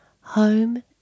Home